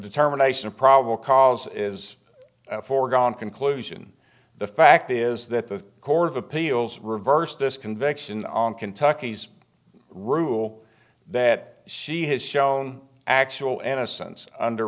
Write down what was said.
determination of probable cause is a foregone conclusion the fact is that the court of appeals reversed this conviction on kentucky's rule that she has shown actual and essence under